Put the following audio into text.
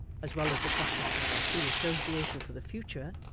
as well as the prospect of their free association for the future,